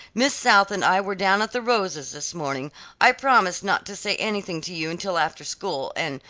miss south and i were down at the rosas this morning i promised not to say anything to you, until after school and,